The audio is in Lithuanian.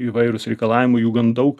įvairūs reikalavimai jų gan daug